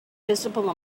visible